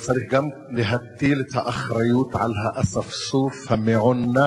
אבל צריך גם להטיל את האחריות על האספסוף המעונב